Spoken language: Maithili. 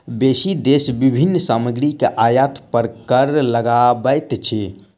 बेसी देश विभिन्न सामग्री के आयात पर कर लगबैत अछि